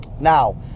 Now